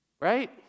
right